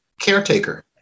Caretaker